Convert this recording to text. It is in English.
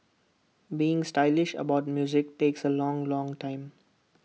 being stylish about music takes A long long time